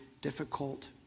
difficult